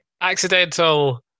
accidental